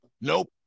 Nope